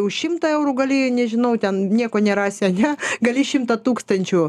už šimtą eurų gali nežinau ten nieko nerasi ane gali šimtą tūkstančių